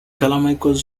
carmichael